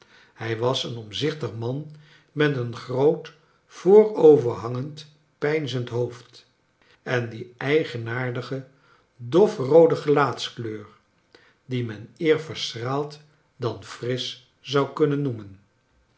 hij was een omzichtig man met een groot vooroverhangend peinzend hoofd en die eigenaardige dofroode gelaatskleur die men eer verschraald dan frisch zou kunnen noemen